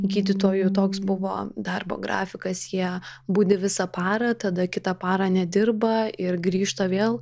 gydytojų toks buvo darbo grafikas jie budi visą parą tada kitą parą nedirba ir grįžta vėl